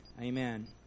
amen